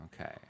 Okay